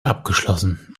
abgeschlossen